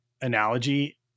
analogy